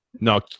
No